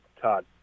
Todd